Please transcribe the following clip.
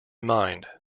mind